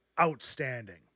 outstanding